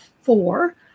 four